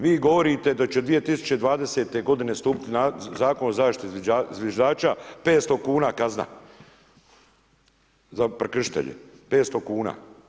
Vi govorite da će 2020. g. stupiti Zakon o zaštiti zviždača, 500 kn kazna za prekršitelje, 500 kn.